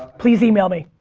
please email me.